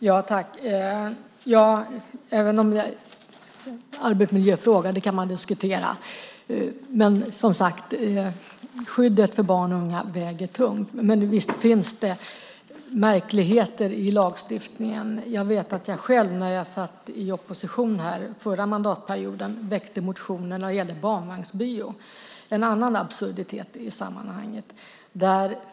Herr talman! Arbetsmiljöfråga - ja, det kan man diskutera. Men som sagt väger skyddet för barn och unga tungt. Visst finns det märkligheter i lagstiftningen. Jag själv när jag satt i opposition förra mandatperioden väckte en motion när det gäller barnvagnsbio, en annan absurditet i sammanhanget.